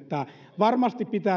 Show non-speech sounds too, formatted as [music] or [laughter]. että varmasti pitää [unintelligible]